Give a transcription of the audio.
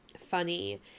funny